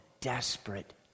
desperate